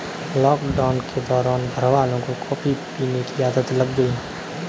lockdown के दौरान घरवालों को कॉफी पीने की आदत लग गई